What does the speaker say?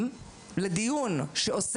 בשבוע שעבר,